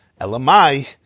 Elamai